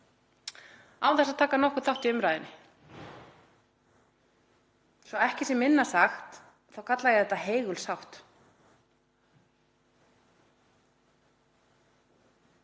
án þess að taka nokkurn þátt í umræðunni. Svo ekki sé minna sagt þá kalla ég þetta heigulshátt.